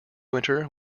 winter